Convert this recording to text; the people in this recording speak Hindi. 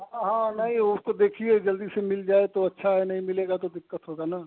हाँ हाँ नहीं उसको देखिए जल्दी से मिल जाए तो अच्छा यह नहीं मिलेगा तो दिक्कत होगा ना